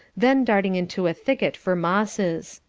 then darting into a thicket for mosses.